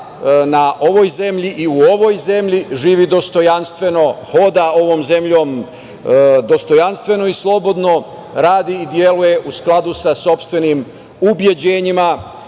na ovoj zemlji i u ovoj zemlji živi dostojanstveno, hoda ovom zemljom dostojanstveno i slobodno, radi i deluje u skladu sa sopstvenim ubeđenjima,